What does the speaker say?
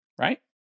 right